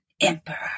Emperor